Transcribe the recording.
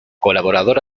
colaborador